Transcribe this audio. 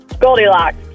goldilocks